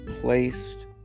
placed